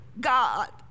God